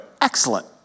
excellent